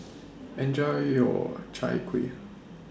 Enjoy your Chai Kuih